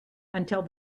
until